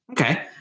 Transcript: Okay